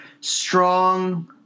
strong